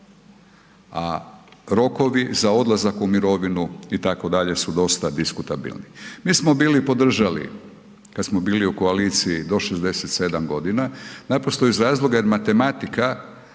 a rokovi za odlazak u mirovinu itd. su dosta diskutabilni. Mi smo bili podržali kada smo bili u koaliciji do 67 godina naprosto iz razloga jer matematika